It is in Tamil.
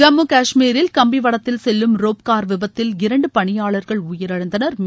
ஜம்மு கஷ்மீரில் கம்பிவடத்தில் செல்லும் ரோப் கார் விபத்தில் இரண்டு பணியாளா்கள் உயிரிழந்தனா்